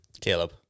caleb